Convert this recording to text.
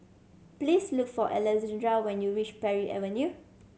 please look for Alexandra when you reach Parry Avenue